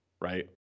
right